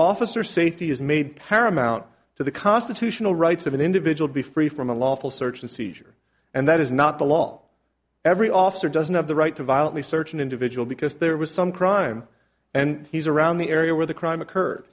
officer safety is made paramount to the constitutional rights of an individual be free from unlawful search and seizure and that is not the law every officer doesn't have the right to violently search an individual because there was some crime and he's around the area where the crime occurred